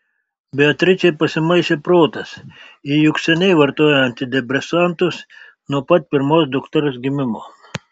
beatričei pasimaišė protas ji juk seniai vartoja antidepresantus nuo pat pirmos dukters gimimo